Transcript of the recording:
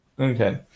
Okay